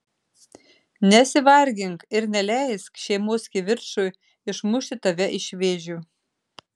nesivargink ir neleisk šeimos kivirčui išmušti tave iš vėžių